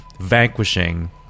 Vanquishing